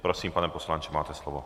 Prosím, pane poslanče, máte slovo.